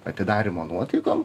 atidarymo nuotaikom